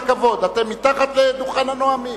הכבוד, אתם מתחת לדוכן הנואמים,